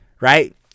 Right